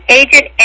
agent